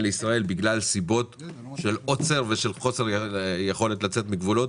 לישראל בגלל סיבות של עוצר ושל חוסר יכולת לצאת מגבולות